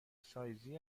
سایزی